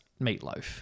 Meatloaf